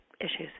issues